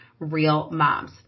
REALMOMS